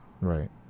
Right